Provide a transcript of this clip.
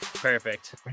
perfect